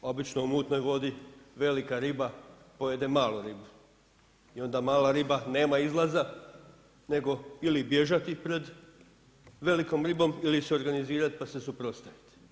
Obično u mutnoj vodi velika riba pojede malu ribu i onda mala riba nema izlaza nego ili bježati pred velikom ribom ili se organizirati pa se suprotstaviti.